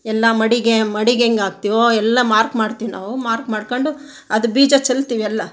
ಎಲ್ಲ ಮಡಿಗೆ ಮಡಿಗೆ ಹೇಗ್ ಹಾಕ್ತಿವೋ ಎಲ್ಲ ಮಾರ್ಕ್ ಮಾಡ್ತೀವ್ ನಾವು ಮಾರ್ಕ್ ಮಾಡ್ಕೊಂಡು ಅದು ಬೀಜ ಚೆಲ್ತೀವಿ ಎಲ್ಲ